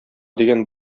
дигән